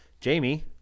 Jamie